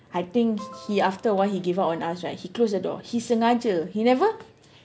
I think he after awhile he gave up on us when he closed the door he sengaja he never